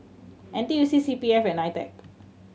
N T U C C P F and NITEC